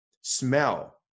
Smell